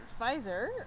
Pfizer